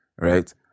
right